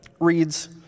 reads